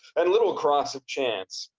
and little cross of chance.